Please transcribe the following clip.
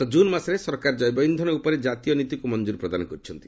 ଗତ ଜୁନ ମାସରେ ସରକାର ଜୈବ ଇନ୍ଧନ ଉପରେ ଜାତୀୟ ନୀତିକ୍ତ ମଞ୍ଜର ପ୍ରଦାନ କରିଛନ୍ତି